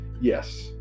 Yes